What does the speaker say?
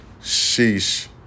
Sheesh